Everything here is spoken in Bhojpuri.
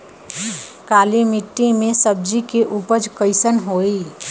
काली मिट्टी में सब्जी के उपज कइसन होई?